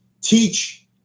teach